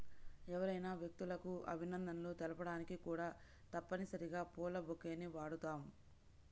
ఎవరైనా వ్యక్తులకు అభినందనలు తెలపడానికి కూడా తప్పనిసరిగా పూల బొకేని వాడుతాం